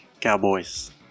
Cowboys